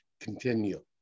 continue